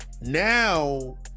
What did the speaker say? Now